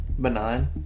Benign